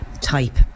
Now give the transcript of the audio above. type